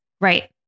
Right